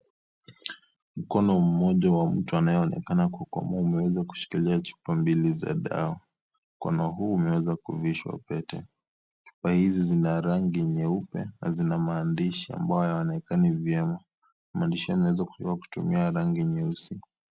Mkono mmoja wa mtu anayeonekana kukua kushikilia chupa mbili za dawa. Mkono huu umeweza kuvishwa pete. Pete hizi zina rangi nyeupe, zina maandishi ambayo hayaonekani vyema, maandishi haya yameandikwa kutumia rangi nyeusi.